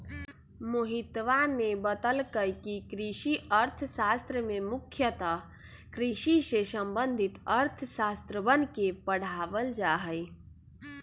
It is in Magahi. मोहितवा ने बतल कई कि कृषि अर्थशास्त्र में मुख्यतः कृषि से संबंधित अर्थशास्त्रवन के पढ़ावल जाहई